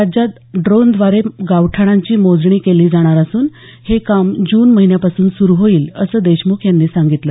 राज्यात ड्रोनद्वारे गावठाणाची मोजणी केली जाणार असून हे काम जून महिन्यापासून सुरु होईल असं देशमुख यांनी सांगितलं